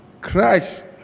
Christ